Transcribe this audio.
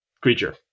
creature